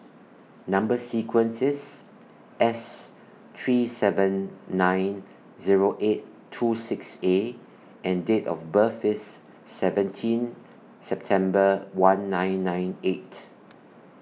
Number sequence IS S three seven nine Zero eight two six A and Date of birth IS seventeen September one nine nine eight